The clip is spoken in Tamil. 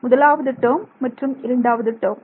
முதலாவது டேர்ம் மற்றும் இரண்டாவது டேர்ம்